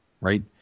right